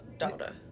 daughter